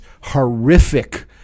horrific